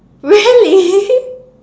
really